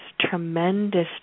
tremendous